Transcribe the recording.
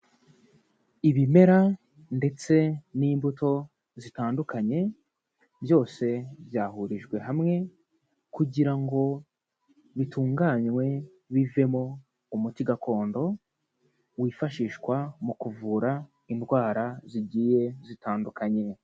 Ibimera ndetse n'imbuto zitandukanye, byose byahurijwe hamwe kugira ngo bitunganywe bivemo umuti gakondo wifashishwa mu kuvura indwara zigiye zitandukanye.